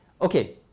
Okay